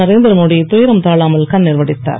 நரேந்திரமோடி துயரம் தானாமல் கண்ணீர் வடித்தார்